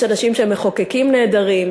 יש אנשים שהם מחוקקים נהדרים,